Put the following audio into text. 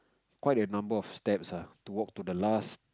quite a number of steps ah to walk to the last